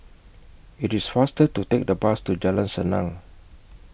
IT IS faster to Take The Bus to Jalan Senang